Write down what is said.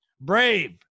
Brave